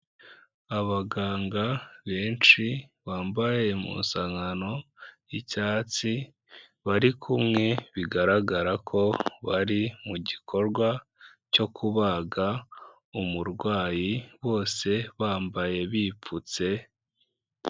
Abaganga benshi bambaye impuzankano y'icyatsi, bari kumwe, bigaragara ko bari mu gikorwa cyo kubaga umurwayi bose bambaye bipfutse.